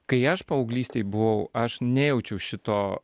kai aš paauglystėj buvau aš nejaučiau šito